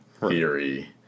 theory